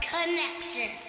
Connection